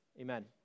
Amen